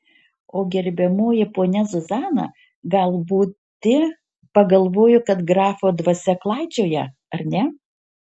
o gerbiamoji ponia zuzana gal būti pagalvojo kad grafo dvasia klaidžioja ar ne